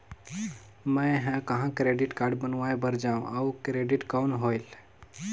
मैं ह कहाँ क्रेडिट कारड बनवाय बार जाओ? और क्रेडिट कौन होएल??